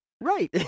Right